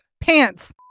Pants